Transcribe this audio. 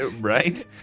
Right